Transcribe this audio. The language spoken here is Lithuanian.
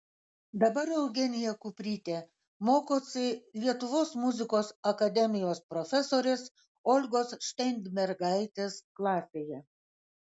dabar eugenija kuprytė mokosi lietuvos muzikos akademijos profesorės olgos šteinbergaitės klasėje